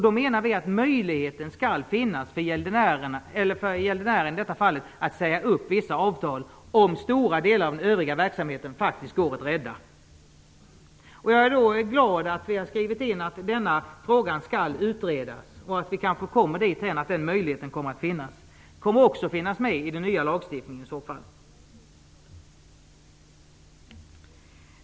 Vi menar att möjligheten skall finnas för gäldenären att säga upp vissa avtal om stora delar av den övriga verksamheten går att rädda. Jag är glad att utskottet har skrivit att denna fråga skall utredas och att vi kanske kommer dithän att den möjligheten kommer att finnas. Det kommer i så fall att finnas med i den nya lagstiftningen.